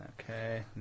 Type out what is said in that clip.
Okay